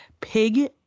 Pig